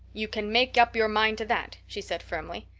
you can make up your mind to that, she said firmly.